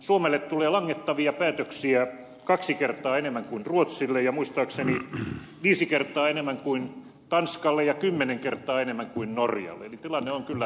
suomelle tulee langettavia päätöksiä kaksi kertaa enemmän kuin ruotsille ja muistaakseni viisi kertaa enemmän kuin tanskalle ja kymmenen kertaa enemmän kuin norjalle eli tilanne on kyllä aika omalaatuinen